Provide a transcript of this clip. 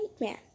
man